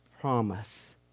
promise